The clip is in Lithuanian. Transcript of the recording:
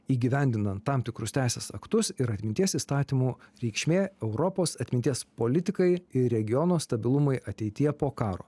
įgyvendinant tam tikrus teisės aktus ir atminties įstatymų reikšmė europos atminties politikai ir regiono stabilumui ateityje po karo